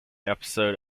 episode